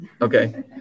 Okay